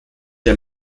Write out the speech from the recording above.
der